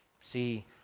See